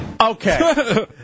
Okay